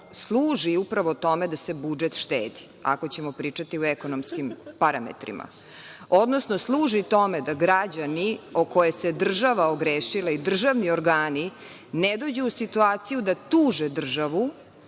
služi upravo tome da se budžet štedi, ako ćemo pričati o ekonomskim parametrima, odnosno služi tome da građani o koje se država ogrešila i državni organi ne dođu u situaciju da tuže državu,